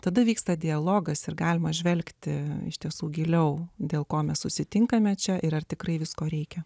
tada vyksta dialogas ir galima žvelgti iš tiesų giliau dėl ko mes susitinkame čia ir ar tikrai visko reikia